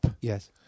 Yes